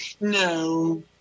no